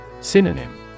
Synonym